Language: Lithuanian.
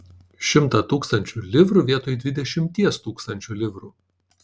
šimtą tūkstančių livrų vietoj dvidešimties tūkstančių livrų